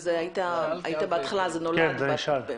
זה נולד משם.